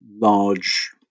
large